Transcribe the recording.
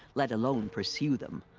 let alone pursue them.